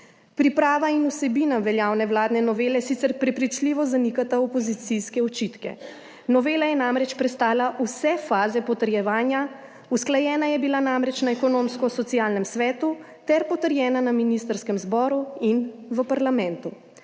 Priprava in vsebina veljavne vladne novele sicer prepričljivo zanikata opozicijske očitke; novela je namreč prestala vse faze potrjevanja. Usklajena je bila namreč na Ekonomsko socialnem svetu ter potrjena na ministrskem zboru in v parlamentu.